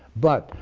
but,